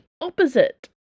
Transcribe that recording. opposite